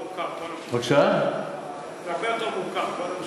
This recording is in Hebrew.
זה הרבה יותר מורכב.